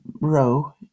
row